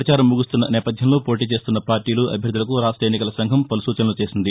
ప్రచారం ముగుస్తున్న నేపథ్యంలో పోటీ చేస్తున్న పార్టీలు అభ్యర్థలకు రాష్ట ఎన్నికల సంఘం పలు సూచనలు చేసింది